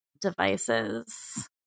devices